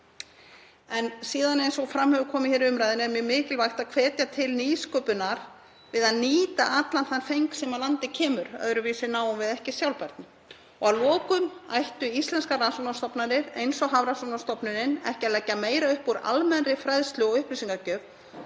En síðan, eins og fram hefur komið í umræðunni, er mjög mikilvægt að hvetja til nýsköpunar við að nýta allan þann feng sem að landi kemur, öðruvísi náum við ekki sjálfbærni. Að lokum: Ættu íslenskar rannsóknastofnanir eins og Hafrannsóknastofnun ekki að leggja meira upp úr almennri fræðslu og upplýsingagjöf,